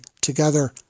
together